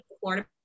Florida